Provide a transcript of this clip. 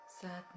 sadness